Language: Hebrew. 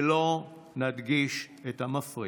ולא נדגיש את המפריד,